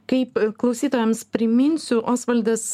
kaip klausytojams priminsiu osvaldas